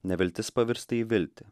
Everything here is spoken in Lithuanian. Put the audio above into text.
neviltis pavirsta į viltį